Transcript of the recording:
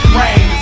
rain